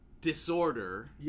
disorder